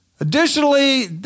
Additionally